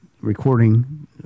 recording